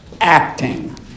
acting